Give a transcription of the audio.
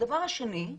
הדבר השני,